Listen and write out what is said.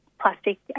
plastic